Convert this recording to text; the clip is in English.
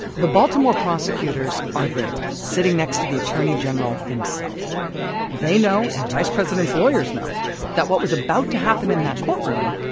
the baltimore prosecutors are there, sitting next to the attorney general himself they know and the vice president's lawyers know that what was about to happen in that courtroom,